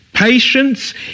Patience